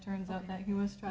turns out that he was trying